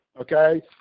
okay